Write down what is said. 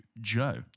Joe